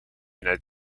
united